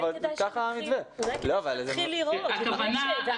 אולי כדאי שנתחיל לראות לפני?